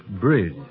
bridge